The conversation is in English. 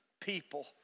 people